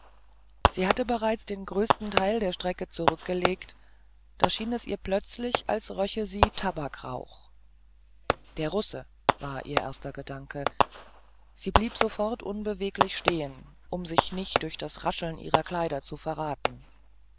sie hatte bereits den größeren teil der strecke zurückgelegt da schien es ihr plötzlich als röche sie tabakrauch der russe war ihr erster gedanke und sie blieb sofort unbeweglich stehen um sich nicht durch das rascheln ihrer kleider zu verraten